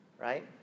Right